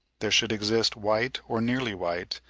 there should exist white or nearly white,